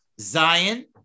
Zion